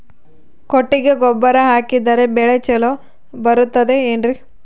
ಕೊಟ್ಟಿಗೆ ಗೊಬ್ಬರ ಹಾಕಿದರೆ ಬೆಳೆ ಚೊಲೊ ಬರುತ್ತದೆ ಏನ್ರಿ?